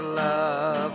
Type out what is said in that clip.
love